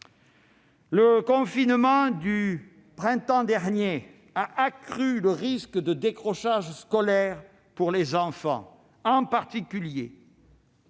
Le confinement du printemps dernier a accru le risque de décrochage scolaire pour les enfants, en particulier